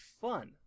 fun